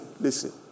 listen